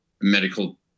medical